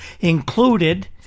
Included